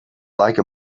like